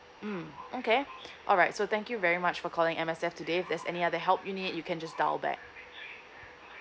mm okay alright so thank you very much for calling M_S_F today if there's any other help you need you can just dial back